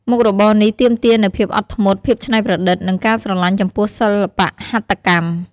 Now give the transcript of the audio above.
មុខរបរនេះទាមទារនូវភាពអត់ធ្មត់ ភាពច្នៃប្រឌិត និងការស្រលាញ់ចំពោះសិល្បៈហត្ថកម្ម។